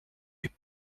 les